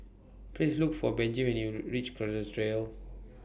Please Look For Benji when YOU REACH Kerrisdale